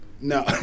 No